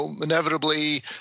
inevitably